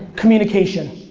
communication,